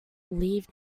leave